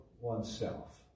oneself